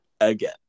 again